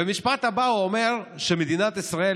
ובמשפט הבא הוא אומר שבמדינת ישראל,